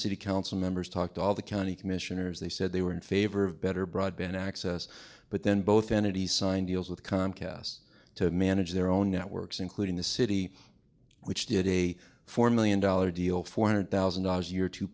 city council members talked all the county commissioners they said they were in favor of better broadband access but then both entities signed deals with comcast to manage their own networks including the city which did a four million dollars deal four hundred thousand dollars a year to